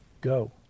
go